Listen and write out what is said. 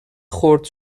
خرد